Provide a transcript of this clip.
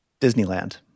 Disneyland